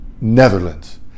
Netherlands